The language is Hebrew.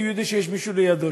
כי הוא יודע שיש מישהו שם לידו.